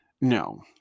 no